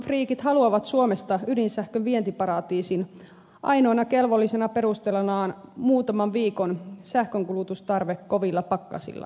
ydinvoimafriikit haluavat suomesta ydinsähkön vientiparatiisin ainoana kelvollisena perustelunaan muutaman viikon sähkönkulutustarve kovilla pakkasilla